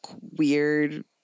weird